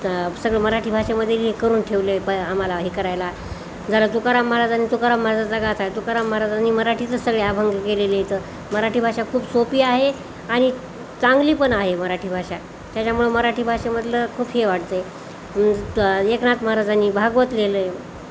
तर सगळं मराठी भाषेमध्ये हे करून ठेवलं आहे प आम्हाला हे करायला जरा तुकाराम महाराजांनी तुकाराम महाराजाचा गाथा तुकाराम महाराजांनी मराठीतच सगळे अभंग केलेले तर मराठी भाषा खूप सोपी आहे आणि चांगली पण आहे मराठी भाषा त्याच्यामुळं मराठी भाषेमधलं खूप हे वाटते एकनाथ त महाराजांनी भागवत लिहिलं आहे